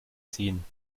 ziehen